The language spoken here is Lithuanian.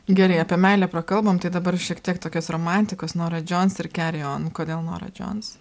gerai apie meilę prakalbom tai dabar šiek tiek tokios romantikos nora džons ir carry on kodėl nora džons